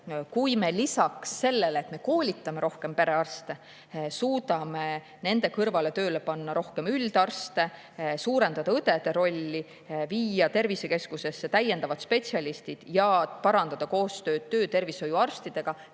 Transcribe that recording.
Kui me lisaks sellele, et me koolitame rohkem perearste, suudame nende kõrvale tööle panna rohkem üldarste, suurendada õdede rolli, viia tervisekeskusesse täiendavad spetsialistid ja parandada koostööd töötervishoiuarstidega,